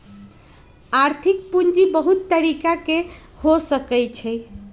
आर्थिक पूजी बहुत तरिका के हो सकइ छइ